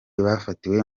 bafatiwe